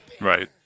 Right